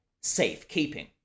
safekeeping